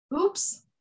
Oops